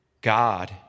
God